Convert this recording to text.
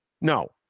No